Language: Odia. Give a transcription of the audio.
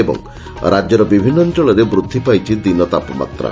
ଏବଂ ରାକ୍ୟର ବିଭିନ୍ ଅଞ୍ଅଳରେ ବୃଦ୍ଧି ପାଇଛି ଦିନର ତାପମାତ୍ରା